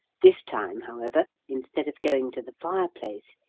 this time, however, instead of going to the fireplace,